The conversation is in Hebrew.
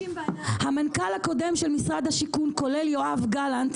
המנכ"ל הקודם של משרד השיכון כולל יואב גלנט,